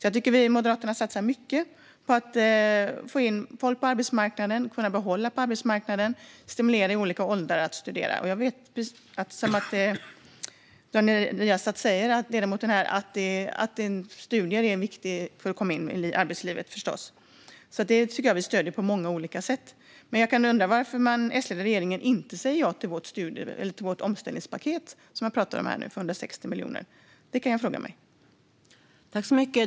Jag tycker att Moderaterna satsar mycket på att få in människor på arbetsmarknaden, kunna behålla dem på arbetsmarknaden och att stimulera människor i olika åldrar att studera. Ledamoten Daniel Riazat säger här att studier är viktiga för att komma in i arbetslivet. Det stöder vi på många olika sätt. Jag undrar varför den S-ledda regeringen inte säger ja till vårt omställningspaket för 160 miljoner som jag talar om här. Det kan jag fråga mig.